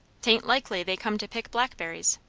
tain't likely they come to pick blackberries.